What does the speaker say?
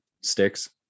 Sticks